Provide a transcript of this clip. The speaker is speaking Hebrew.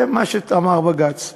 זה מה שאמר בג"ץ.